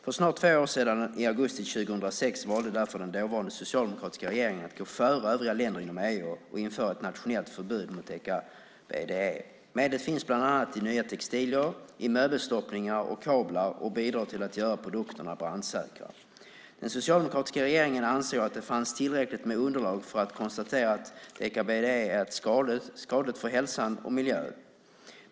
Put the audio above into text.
För snart två år sedan, i augusti 2006, valde därför den dåvarande socialdemokratiska regeringen att gå före övriga länder inom EU och införa ett nationellt förbud med deka-BDE. Medlet finns bland annat i nya textilier, i möbelstoppningar och i kablar och bidrar till att göra produkterna brandsäkra. Den socialdemokratiska regeringen ansåg att det fanns tillräckligt med underlag för att konstatera att deka-BDE är skadligt för hälsan och miljön.